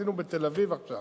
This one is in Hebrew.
עשינו בתל-אביב עכשיו